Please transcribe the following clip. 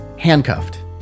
handcuffed